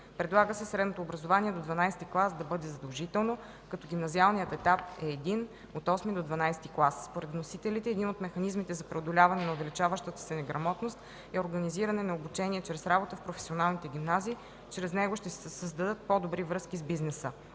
Предлага се средното образование до ХІІ клас да е задължително, като гимназиалният етап е един – VIII – XII клас. Според вносителите, един от механизмите за преодоляване на увеличаващата се неграмотност е организиране на обучение чрез работа в професионалните гимназии, чрез него ще се създадат по-добри връзки с бизнеса.